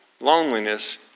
loneliness